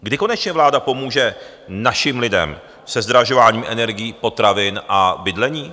Kdy konečně vláda pomůže našim lidem se zdražováním energií, potravin a bydlení?